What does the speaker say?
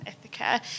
Ithaca